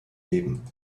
leben